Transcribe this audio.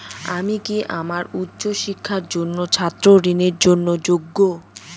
আমি কি আমার উচ্চ শিক্ষার জন্য ছাত্র ঋণের জন্য যোগ্য?